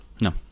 No